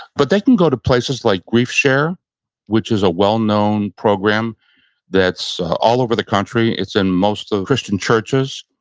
but they can go to places like grief share which is a well known program that's all over the country. it's in most christian churches.